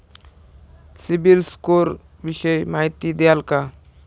CIBIL score विषयी माहिती द्याल का?